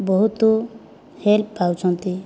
ବହୁତ ହେଲ୍ପ ପାଉଛନ୍ତି